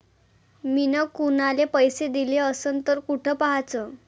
मिन कुनाले पैसे दिले असन तर कुठ पाहाचं?